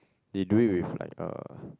they do it with like uh